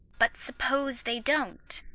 but suppose they don't?